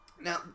Now